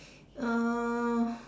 uh